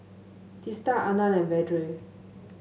Teesta Anand and Vedre